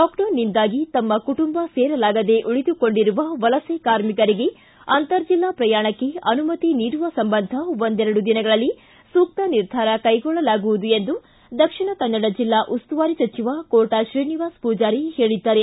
ಲಾಕ್ಡೌನ್ನಿಂದಾಗಿ ತಮ್ಮ ಕುಟುಂಬ ಸೇರಲಾಗದೆ ಉಳಿದುಕೊಂಡಿರುವ ವಲಸೆ ಕಾರ್ಮಿಕರಿಗೆ ಅಂತರ್ ಜಿಲ್ಲಾ ಪ್ರಯಾಣಕ್ಕೆ ಅನುಮತಿ ನೀಡುವ ಸಂಬಂಧ ಒಂದೆರಡು ದಿನಗಳಲ್ಲಿ ಸೂಕ್ತ ನಿರ್ಧಾರ ಕ್ಲೆಗೊಳ್ಳಲಾಗುವುದು ಎಂದು ದಕ್ಷಿಣ ಕನ್ನಡ ಜಿಲ್ಲಾ ಉಸ್ತುವಾರಿ ಸಚಿವ ಕೋಟ ಶ್ರೀನಿವಾಸ ಪೂಜಾರಿ ಹೇಳಿದ್ದಾರೆ